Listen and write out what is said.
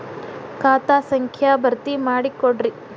ಖಾತಾ ಸಂಖ್ಯಾ ಭರ್ತಿ ಮಾಡಿಕೊಡ್ರಿ